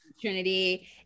trinity